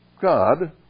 God